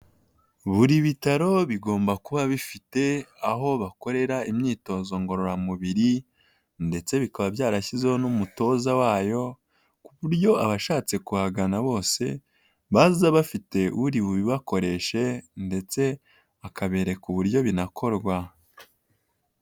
Buri bitaro bigomba kuba bifite aho bakorera imyitozo ngororamubiri ndetse bikaba byarashyizezweho n'umutoza wayo, kuburyo abashatse kuhagana bose baza bafite uri bubakoreshe ndetse akabereka uburyo binakorwa.